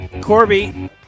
Corby